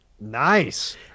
Nice